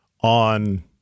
on